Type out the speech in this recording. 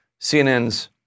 CNN's